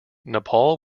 nepal